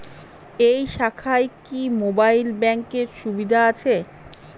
এই শাখায় কি মোবাইল ব্যাঙ্কের সুবিধা আছে?